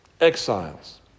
exiles